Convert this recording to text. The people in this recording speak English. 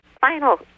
final